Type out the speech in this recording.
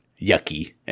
yucky